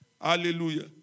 Hallelujah